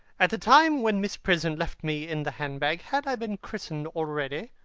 at the time when miss prism left me in the hand-bag, had i been christened already?